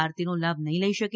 આરતીનો લાભ નહિં લઇ શકે